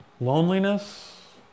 loneliness